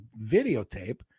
videotape